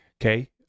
okay